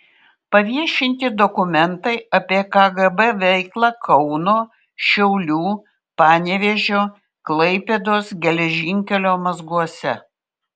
paviešinti dokumentai apie kgb veiklą kauno šiaulių panevėžio klaipėdos geležinkelio mazguose